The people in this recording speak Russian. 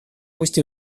пусть